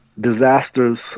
disasters